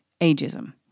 ageism